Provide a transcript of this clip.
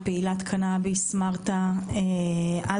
פעילת קנביס בשם מרתה אלברט,